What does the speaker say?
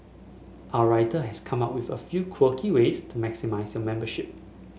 our writer has come up with a few quirky ways to maximise your membership